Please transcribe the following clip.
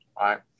right